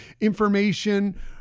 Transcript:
information